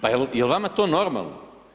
Pa je li vama to normalno?